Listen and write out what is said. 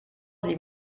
sie